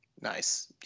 Nice